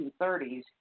1930s